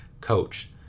coach